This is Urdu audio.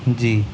جی